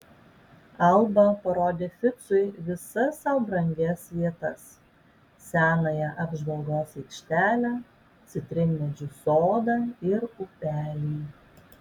alba parodė ficui visas sau brangias vietas senąją apžvalgos aikštelę citrinmedžių sodą ir upelį